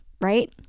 right